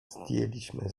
zdjęliśmy